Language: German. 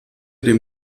dem